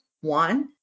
One